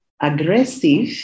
aggressive